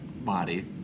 body